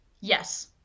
Yes